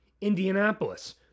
Indianapolis